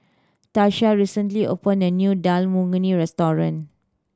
Tasha recently opened a new Dal Makhani Restaurant